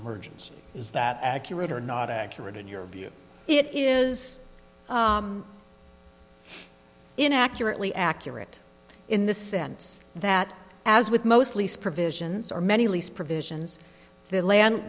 jeans is that accurate or not accurate in your view it is in accurately accurate in the sense that as with most lease provisions are many lease provisions the land